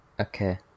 Okay